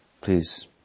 Please